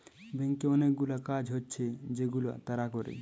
ব্যাংকে অনেকগুলা কাজ হচ্ছে যেগুলা তারা করে